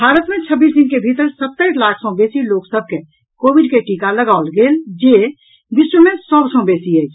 भारत मे छब्बीस दिन के भीतर सत्तरि लाख सँ बेसी लोक सभ के कोविड के टीका लगाओल गेल जे विश्व मे सभ सँ बेसी अछि